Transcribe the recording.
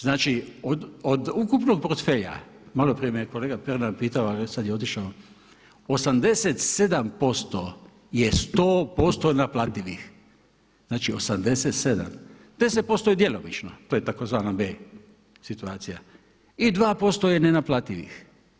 Znači od ukupnog portfelja, maloprije me kolega Pernar, ali sad je otišao, 87% je 100% naplativih, znači 87. 10% je djelomično to je tzv. B situacija, i 2% je nenaplativih.